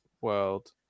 world